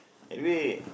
anyway